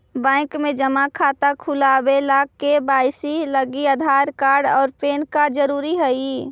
bank में जमा खाता खुलावे ला के.वाइ.सी लागी आधार कार्ड और पैन कार्ड ज़रूरी हई